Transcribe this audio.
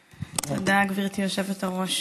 תודה, גברתי היושבת-ראש.